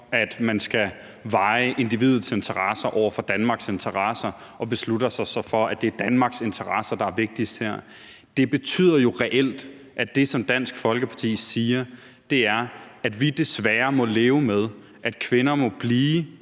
at man skal veje individets interesser mod Danmarks interesser, og beslutter sig så for, at det er Danmarks interesser, der er vigtigst her. Det betyder jo reelt, at det, som Dansk Folkeparti siger, er, at vi desværre må leve med, at kvinder må blive